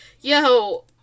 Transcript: yo